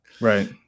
Right